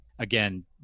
Again